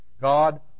God